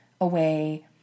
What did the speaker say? away